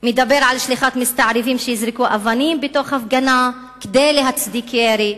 הוא מדבר על שליחת מסתערבים שיזרקו אבנים מתוך הפגנה כדי להצדיק ירי,